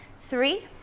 three